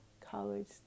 college